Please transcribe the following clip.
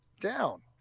down